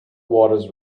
waters